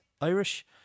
Irish